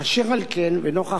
אשר על כן, ונוכח